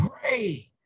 pray